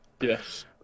Yes